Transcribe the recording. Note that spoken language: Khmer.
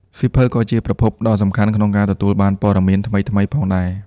សៀវភៅក៏ជាប្រភពដ៏សំខាន់ក្នុងការទទួលបាន ព័ត៌មានថ្មីៗ ផងដែរ។